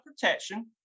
protection